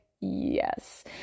yes